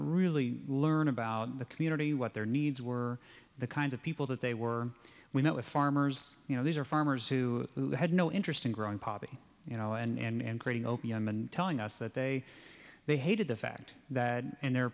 really learn about the community what their needs were the kinds of people that they were we met with farmers you know these are farmers who had no interest in growing poppy you know and grating opium and telling us that they they hated the fact that their